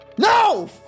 No